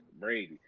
Brady